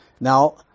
Now